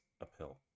uphill